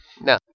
no